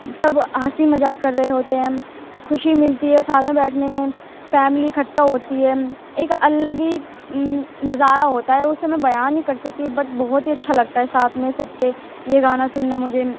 سب ہنسی مذاق کر رہے ہوتے ہیں خوشی ملتی ہے ساتھ میں بیٹھنے میں فیملی اکٹھا ہوتی ہے ایک الگ ہی نظارہ ہوتا ہے اسے میں بیان نہیں کر سکتی بٹ بہت ہی اچھا لگتا ہے ساتھ میں سب کے یہ گانا سننا مجھے